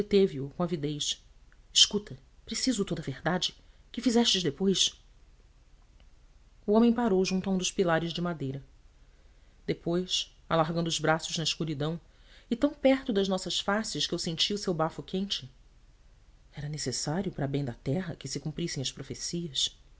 avidez escuta preciso toda a verdade que fizestes depois o homem parou junto a um dos pilares de madeira depois alargando os braços na escuridão e tão perto das nossas faces que eu sentia o seu bafo quente era necessário para bem da terra que se cumprissem as profecias